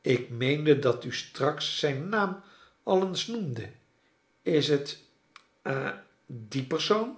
ik meende dat u straks zijn naam al eens iioemde is lieu ha die persoon